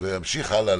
ואני אמשיך גם הלאה,